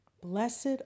Blessed